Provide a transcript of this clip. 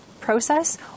process